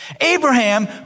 Abraham